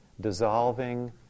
dissolving